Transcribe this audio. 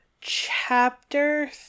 Chapter